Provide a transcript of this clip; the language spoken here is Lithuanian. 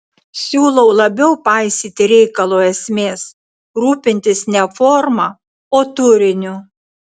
siūlau labiau paisyti reikalo esmės rūpintis ne forma o turiniu